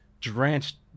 drenched